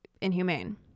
inhumane